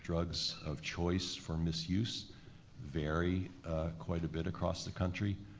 drugs of choice for misuse vary quite a bit across the country.